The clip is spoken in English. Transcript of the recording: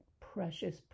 precious